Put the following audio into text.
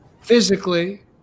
physically